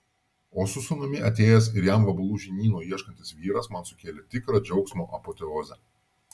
o su sūnumi atėjęs ir jam vabalų žinyno ieškantis vyras man sukėlė tikrą džiaugsmo apoteozę